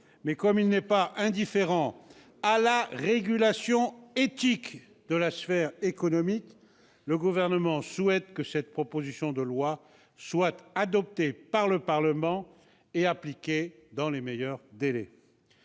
Mais, comme il n'est pas indifférent à la régulation éthique de la sphère économique, le Gouvernement souhaite que cette proposition de loi soit adoptée par le Parlement et appliquée dans les meilleurs délais.